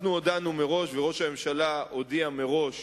אנחנו הודענו מראש, וראש הממשלה הודיע מראש,